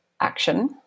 action